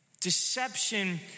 Deception